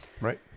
Right